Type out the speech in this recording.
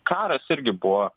karas irgi buvo